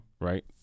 Right